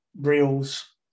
reels